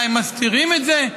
מה, הן מסתירות את זה?